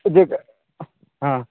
ଦେଖେ ହଁ